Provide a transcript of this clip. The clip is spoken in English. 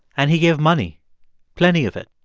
and he gave money plenty of it.